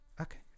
okay